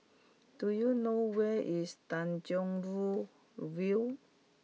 do you know where is Tanjong Rhu View